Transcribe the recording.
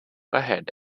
ahead